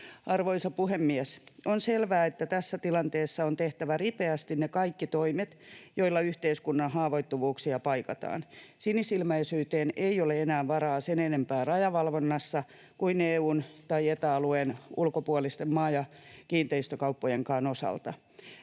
Arvoisa puhemies! On selvää, että tässä tilanteessa on tehtävä ripeästi ne kaikki toimet, joilla yhteiskunnan haavoittuvuuksia paikataan. Sinisilmäisyyteen ei ole enää varaa sen enempää rajavalvonnassa kuin EU:n tai Eta-alueen ulkopuolisten maa- ja kiinteistökauppojenkaan osalta.